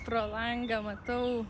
pro langą matau